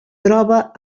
troba